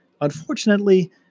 unfortunately